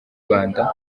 rwanda